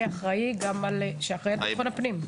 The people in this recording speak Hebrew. שאחראי על ביטחון הפנים.